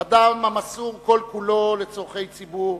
אדם המסור כל כולו לצורכי ציבור,